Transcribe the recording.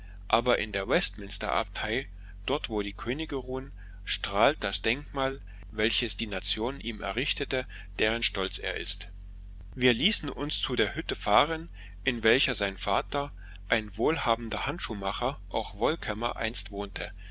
aber in der westminster abtei dort wo die könige ruhen strahlt das denkmal welches die nation ihm errichtete deren stolz er ist wir ließen uns zu der hütte fahren in welcher sein vater ein wohlhabender handschuhmacher auch wollkämmer einst wohnte